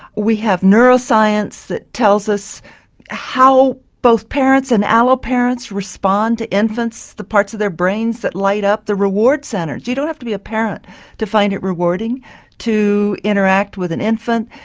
we have neuroscience that tells us how both parents and allo-parents respond to infants, the parts of their brains that light up, the reward centre. you don't have to be a parent to find it rewarding to interact with an infant.